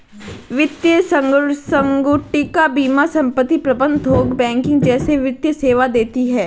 वित्तीय संगुटिका बीमा संपत्ति प्रबंध थोक बैंकिंग जैसे वित्तीय सेवा देती हैं